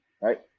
right